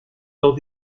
dans